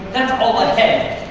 and all ahead.